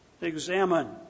Examine